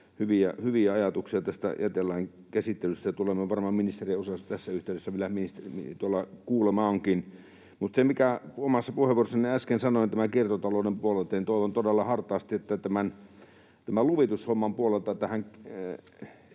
hyviä ajatuksia tästä jätelain käsittelystä. Tulemme varmaan ministeriä useasti tässä yhteydessä vielä tuolla kuulemaankin. Mutta kuten omassa puheenvuorossani äsken sanoin tämän kiertotalouden puolelta, niin toivon todella hartaasti, että päästään tämän luvitushomman puolelta